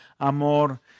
amor